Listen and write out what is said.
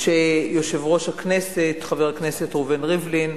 שיושב-ראש הכנסת, חבר הכנסת ראובן ריבלין,